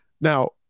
now